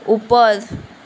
ઉપર